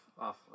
off